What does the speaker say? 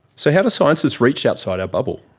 so how do scientists reach outside our bubble?